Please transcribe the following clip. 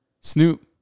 Snoop